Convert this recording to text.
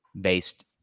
based